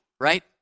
right